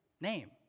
name